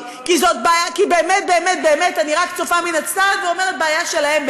כי באמת באמת באמת אני רק צופה מן הצד ואומרת: בעיה שלהם,